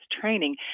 training